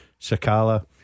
Sakala